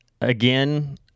Again